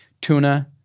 tuna